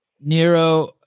Nero